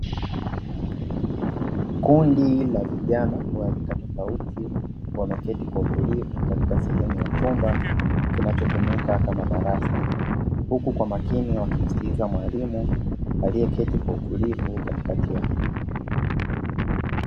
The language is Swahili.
Kundi la vijana wa rika tofauti, wameketi kwa utulivu katika sehemu ya chumba kinachotumika kama darasa, huku kwa umakini wakimsikiliza mwalimu alieketi kwa utulivu katikati yao.